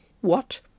What